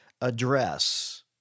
address